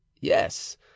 Yes